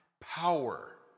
power